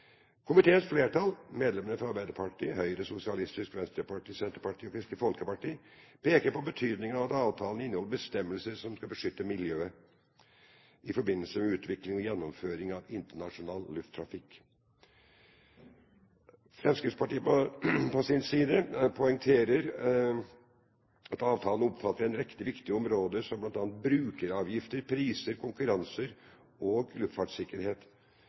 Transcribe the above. Komiteens flertall, medlemmene fra Arbeiderpartiet, Høyre, Sosialistisk Venstreparti, Senterpartiet og Kristelig Folkeparti, peker på betydningen av at avtalen inneholder bestemmelser om å beskytte miljøet i forbindelse med utviklingen og gjennomføringen av internasjonal luftfartspolitikk. Fremskrittspartiet på sin side poengterer at avtalen omfatter en rekke viktige områder som bl.a. brukeravgifter, priser, konkurranse og luftfartssikkerhet,